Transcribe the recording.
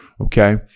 Okay